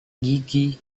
gigi